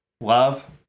Love